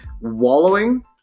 wallowing